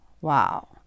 Wow